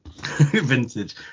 Vintage